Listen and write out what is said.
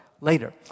later